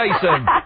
Jason